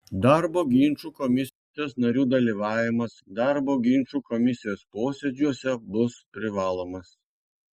darbo ginčų komisijos narių dalyvavimas darbo ginčų komisijos posėdžiuose bus privalomas